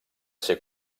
ser